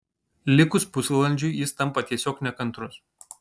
likus pusvalandžiui jis tampa tiesiog nekantrus